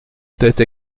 tête